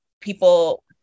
people